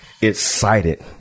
excited